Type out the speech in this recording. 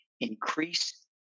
increase